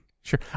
sure